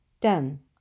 Done